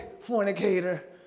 Fornicator